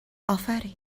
افرین